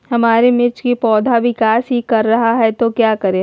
हमारे मिर्च कि पौधा विकास ही कर रहा है तो क्या करे?